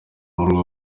muri